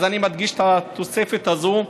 אז אני מדגיש את התוספת הזו.